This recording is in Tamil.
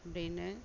அப்படின்னு